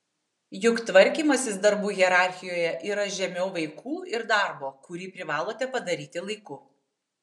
juk tvarkymasis darbų hierarchijoje yra žemiau vaikų ir darbo kurį privalote padaryti laiku